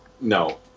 no